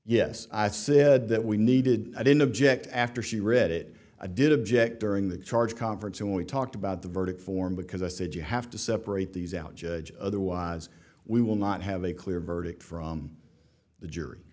yes i said that we needed i didn't object after she read it i did object during the charge conference and we talked about the verdict form because i said you have to separate these out judge otherwise we will not have a clear verdict from the jury